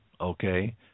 okay